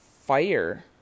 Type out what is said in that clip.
fire